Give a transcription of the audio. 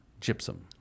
Gypsum